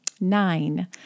nine